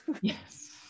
Yes